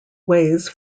ways